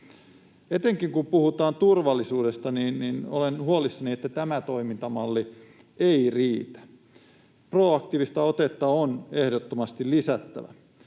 Etenkin kun puhutaan turvallisuudesta, niin olen huolissani, että tämä toimintamalli ei riitä. Proaktiivista otetta on ehdottomasti lisättävä.